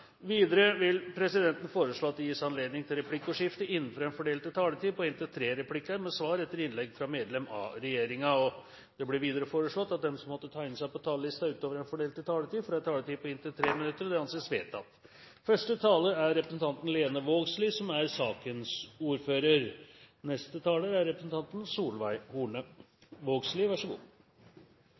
Videre vil presidenten foreslå at det gis anledning til replikkordskifte på inntil tre replikker med svar etter innlegg fra medlem av regjeringen innenfor den fordelte taletid. Videre blir det foreslått at de som måtte tegne seg på talerlisten utover den fordelte taletid, får en taletid på inntil 3 minutter. – Det anses vedtatt. Det er